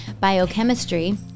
biochemistry